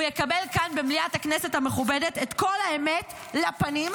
הוא יקבל כאן במליאת הכנסת המכובדת את כל האמת לפנים,